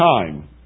time